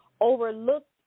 overlooked